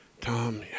Tom